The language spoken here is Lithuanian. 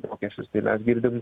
mokesčius tai mes girdim